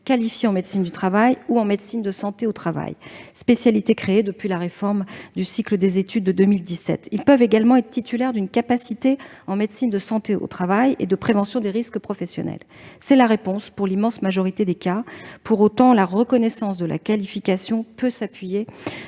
qualifiés en médecine du travail ou en médecine et santé au travail, spécialité créée depuis la réforme du troisième cycle des études de médecine de 2017. Ils peuvent également être titulaires d'une capacité en médecine de santé au travail et de prévention des risques professionnels. C'est la réponse pour l'immense majorité des cas. Pour autant, la reconnaissance de la qualification peut s'appuyer